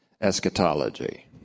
eschatology